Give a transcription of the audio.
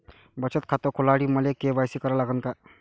बचत खात खोलासाठी मले के.वाय.सी करा लागन का?